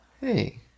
Hey